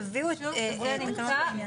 תביאו תקנות לעניין,